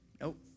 nope